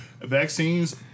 Vaccines